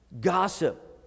Gossip